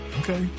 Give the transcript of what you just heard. Okay